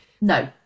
No